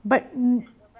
but um